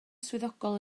swyddogol